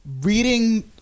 reading